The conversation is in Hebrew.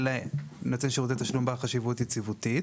אל נותן שירותי תשלום בעל חשיבות יציבותית.